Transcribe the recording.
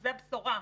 וזו בשורה,